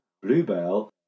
Bluebell